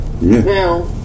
now